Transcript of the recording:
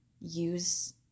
use